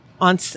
on